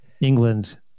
England